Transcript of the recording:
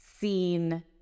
seen